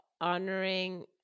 honoring